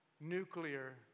nuclear